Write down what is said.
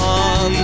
on